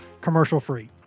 commercial-free